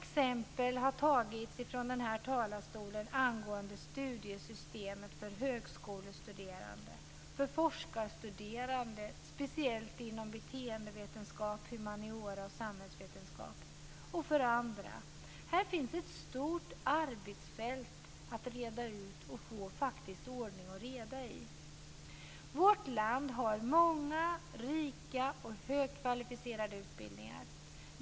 Det har från den här talarstolen givits många exempel avseende studiesystemet för högskolestuderande, för forskarstuderande - speciellt inom beteendevetenskap, humaniora och samhällsvetenskap - och för andra. Här finns ett stort arbetsfält att reda ut och att få ordning och reda i. Vårt land har många, rika och högkvalificerade utbildningar.